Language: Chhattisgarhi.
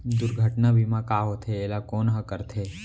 दुर्घटना बीमा का होथे, एला कोन ह करथे?